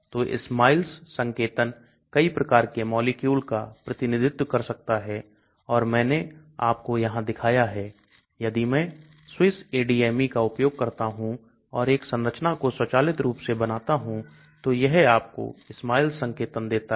तो SMILES संकेतन कई प्रकार के मॉलिक्यूल का प्रतिनिधित्व कर सकता है और मैंने आपको यहां दिखाया है यदि मैं SwissADME का उपयोग करता हूं और एक संरचना को स्वचालित रूप से बनाता हूं तो यह आपको SMILES संकेतन देता है